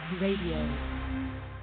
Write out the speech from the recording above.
Radio